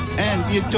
and they